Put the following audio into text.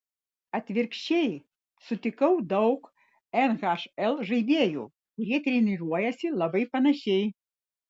atvirkščiai sutikau daug nhl žaidėjų kurie treniruojasi labai panašiai